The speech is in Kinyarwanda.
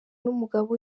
n’umugabo